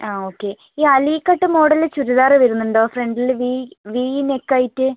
ആ ഓക്കെ ഈ Alia cut model churidar വരുന്നുണ്ടോ ഫ്രണ്ടിൽ വി വി നെക്ക് ആയിട്ട്